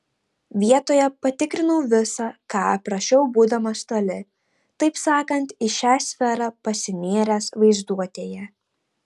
vietoje patikrinau visa ką aprašiau būdamas toli taip sakant į šią sferą pasinėręs vaizduotėje